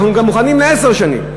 אנחנו גם מוכנים לעשר שנים,